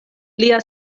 lia